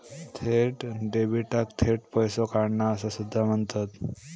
थेट डेबिटाक थेट पैसो काढणा असा सुद्धा म्हणतत